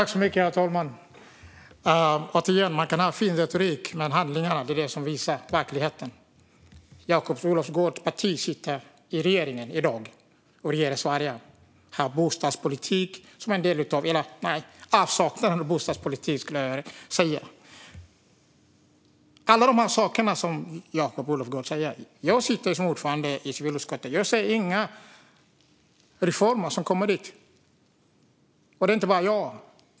Herr talman! Man kan ha en fin retorik, men det är handling som räknas i verkligheten. Jakob Olofsgårds parti sitter i dag i Sveriges regering, och regeringen har en avsaknad av bostadspolitik, skulle jag säga. Det är många saker som Jakob Olofsgård säger. Men jag, som är ordförande i civilutskottet, ser inga reformer komma, och det gäller inte bara mig.